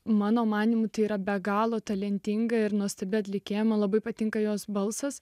mano manymu tai yra be galo talentinga ir nuostabi atlikėja man labai patinka jos balsas